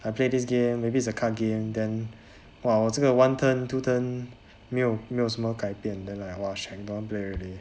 I play this game maybe it's a card game then !wah! 我这个 one turn two turn 没有没有什么改变 then like !wah! shit I don't want play already